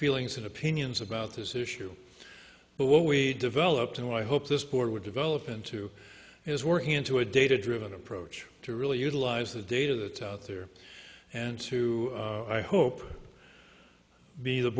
feelings and opinions about this issue but what we developed and what i hope this poor would develop into is working into a data driven approach to really utilize the data that's out there and to i hope b the